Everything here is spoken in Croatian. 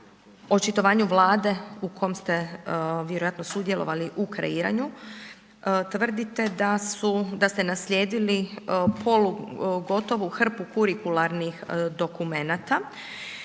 očitovanju Vlade u kom ste vjerovatno sudjelovali u kreiranju, tvrdite da ste naslijedili polugotovu hrpu kurikularnih dokumenata